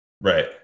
Right